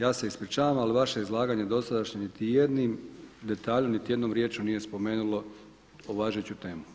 Ja se ispričavam, ali vaše izlaganje dosadašnje niti jednim detaljem, niti jednom riječju nije spomenulo ovu važeću temu.